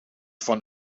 van